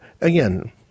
again